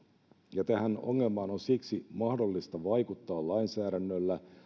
ja tähän ongelmaan on siksi mahdollista vaikuttaa lainsäädännöllä